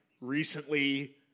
recently